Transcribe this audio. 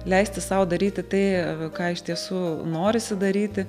leisti sau daryti tai ką iš tiesų norisi daryti